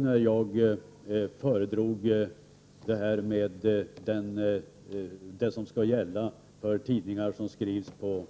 När jag föredrog vad som skall gälla för tidningar som skrivs på